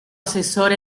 asesor